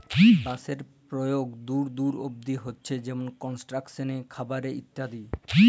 বাঁশের পরয়োগ দূর দূর অব্দি হছে যেমল কলস্ট্রাকশলে, খাবারে ইত্যাদি